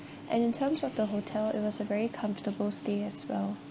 and in terms of the hotel it was a very comfortable stay as well